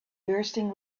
bursting